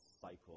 cycle